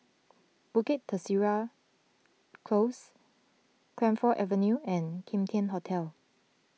Bukit Teresa Close Camphor Avenue and Kim Tian Hotel